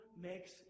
makes